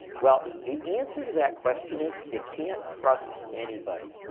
well, the answer to that question is, you can't trust anybody.